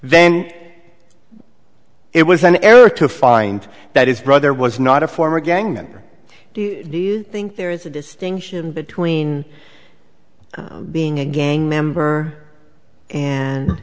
then it was an error to find that his brother was not a former gang member do you think there is a distinction between being a gang member